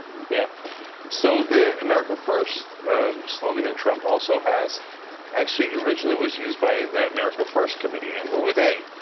yeah so the america first um slogan that trump also has actually originally was used by the america first committee and who are they?